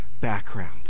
background